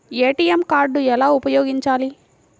ATM card ఎలా ఉపయోగించాలి?